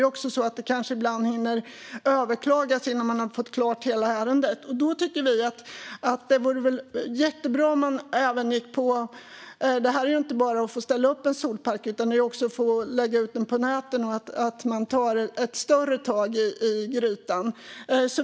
Ibland kanske det också hinner överklagas innan man har fått hela ärendet klart. Då tycker vi att det vore jättebra med ett större grepp om detta. Det handlar inte bara om att man ska få ställa upp en solpark utan också om att få lägga ut elen från den på näten.